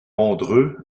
rondreux